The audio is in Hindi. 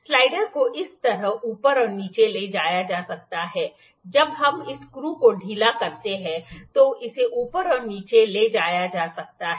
स्लाइडर को इस तरह ऊपर और नीचे ले जाया जा सकता है जब हम इस स्क्रू को ढीला करते हैं तो इसे ऊपर और नीचे ले जाया जा सकता है